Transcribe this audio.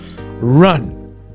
run